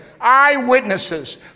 eyewitnesses